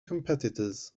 competitors